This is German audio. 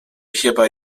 hierbei